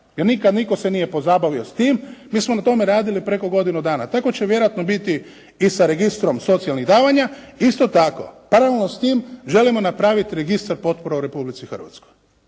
nikad nitko se nije pozabavio s tim. Mi smo na tome radili preko godinu dana. Tako će vjerojatno biti i sa registrom socijalnih davanja. Isto tako, paralelno s tim želimo napraviti registar potpora u Republici Hrvatskoj.